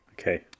Okay